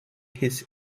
his